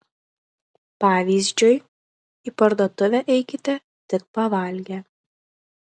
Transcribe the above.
pavyzdžiui į parduotuvę eikite tik pavalgę